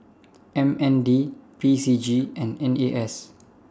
M N D P C G and N A S